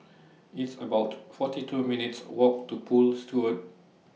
It's about forty two minutes' Walk to Poole Road